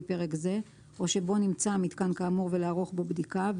פרק זה או שבו נמצא מיתקן כאמור ולערוך בו בדיקה,